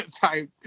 type